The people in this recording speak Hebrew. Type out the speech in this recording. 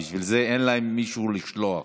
בשביל זה אין להם מישהו לשלוח.